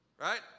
Right